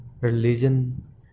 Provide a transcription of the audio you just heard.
religion